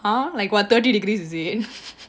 uh like what thirty degrees is it